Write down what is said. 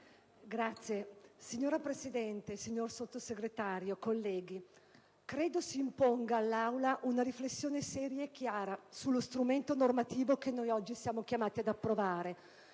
*(PD)*. Signora Presidente, signor Sottosegretario, colleghi, credo si imponga all'Aula una riflessione seria e chiara sullo strumento normativo sul quale noi oggi siamo chiamati a pronunciarci,